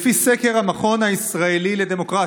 לפי סקר המכון הישראלי לדמוקרטיה,